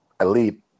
elite